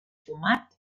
fumat